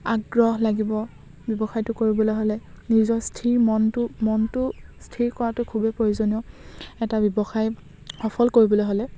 আগ্ৰহ লাগিব ব্যৱসায়টো কৰিবলৈ হ'লে নিজৰ স্থিৰ মনটো মনটো স্থিৰ কৰাটো খুবেই প্ৰয়োজনীয় এটা ব্যৱসায় সফল কৰিবলৈ হ'লে